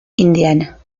indiana